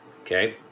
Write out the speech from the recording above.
Okay